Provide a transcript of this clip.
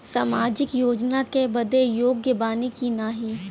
सामाजिक योजना क लाभ बदे योग्य बानी की नाही?